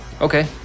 Okay